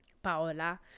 Paola